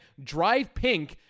DrivePink